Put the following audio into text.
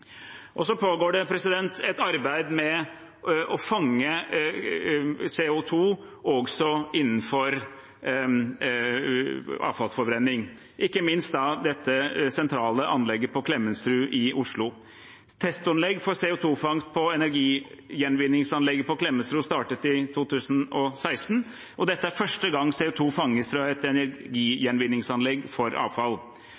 Det pågår et arbeid med å fange CO 2 også innenfor avfallsforbrenning – ikke minst på det sentrale anlegget på Klemetsrud i Oslo. Testanlegget for CO 2 -fangst på energigjenvinningsanlegget på Klemetsrud startet i 2016, og dette er første gang CO 2 fanges fra et